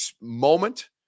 moment